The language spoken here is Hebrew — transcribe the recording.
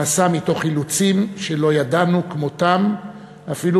נעשה מתוך אילוצים שלא ידענו כמותם אפילו